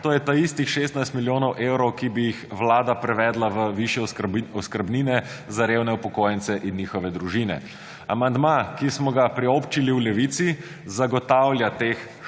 to je teh istih 16 milijonov evrov, ki bi jih Vlada prevedla v višje oskrbnine za revne upokojence in njihove družine. Amandam, ki smo ga priobčili v Levici, zagotavlja teh 16